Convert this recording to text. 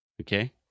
Okay